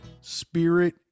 spirit